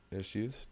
issues